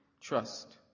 trust